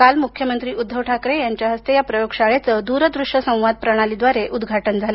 काल मुख्यमंत्री उद्धव ठाकरे यांच्या या प्रयोगशाळेचं द्रदृश्य संवाद प्रणालीद्वारे उद्घाटन झालं